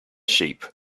sheep